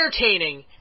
entertaining